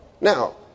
Now